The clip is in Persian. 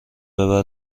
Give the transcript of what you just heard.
ببر